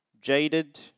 jaded